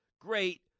Great